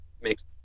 makes